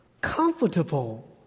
comfortable